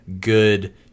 good